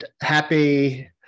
happy